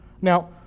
Now